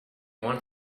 want